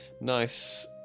Nice